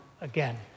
again